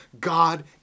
God